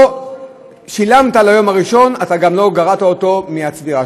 לא שילמת על היום הראשון גם לא גרעת אותו מהצבירה.